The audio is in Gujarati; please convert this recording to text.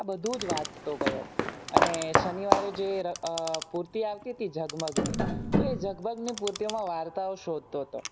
આ બધુ જ વાંચતો ગયો અને શનિવારે જે પૂર્તિ આવતી હતી ઝગમગની તો એ ઝગમગની પૂર્તિઓમા વાર્તાઓ શોધતો હતો